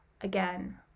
again